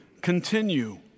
continue